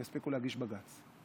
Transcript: הם יספיקו להגיש בג"ץ.